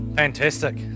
fantastic